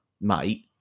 mate